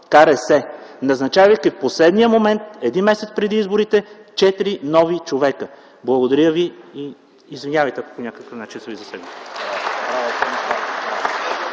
КРС, назначавайки в последния момент, един месец преди изборите, четири нови човека. Благодаря и извинявайте, ако по някакъв начин съм Ви засегнал.